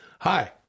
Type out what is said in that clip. Hi